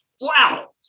Wow